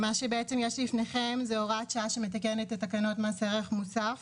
שיש לפניכם זה הוראת שעה שמתקנת את תקנות מס ערך מוסף